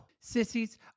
Sissies